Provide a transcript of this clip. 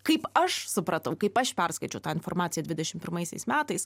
kaip aš supratau kaip aš perskaičiau tą informaciją dvidešim pirmaisiais metais